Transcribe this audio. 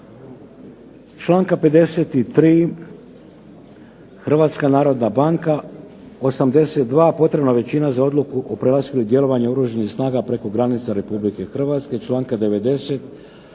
Članka 53. Hrvatska narodna banka, 82. potrebna većina za odluku o prelasku i djelovanju Oružanih snaga preko granica Republike Hrvatske. Članka 90.